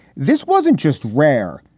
this wasn't just rare.